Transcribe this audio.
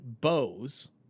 bows